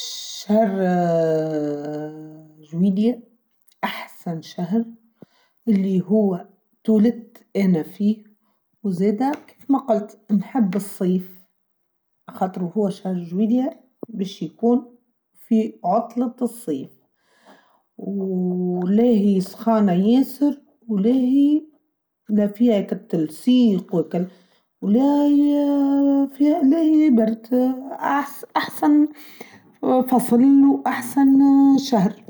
شهر جويدية أحسن شهر اللي هو تولدت أنا فيه وزادة ما قلت نحب الصيف خاطر هو شهر جويدية بيش يكون في عطلة الصيف ولاهي سخانة ياسر ولاهي فيها كالتلسيق ولاهياااااا برت أحسن فصل وأحسن شهر.